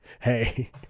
hey